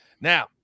Now